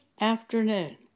afternoon